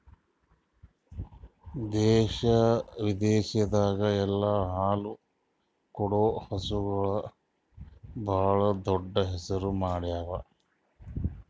ದೇಶ ವಿದೇಶದಾಗ್ ಎಲ್ಲ ಹಾಲು ಕೊಡೋ ಹಸುಗೂಳ್ ಭಾಳ್ ದೊಡ್ಡ್ ಹೆಸರು ಮಾಡ್ಯಾವು